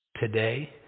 Today